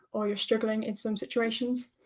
or you're struggling in some situations.